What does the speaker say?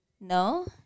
No